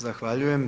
Zahvaljujem.